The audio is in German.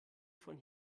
von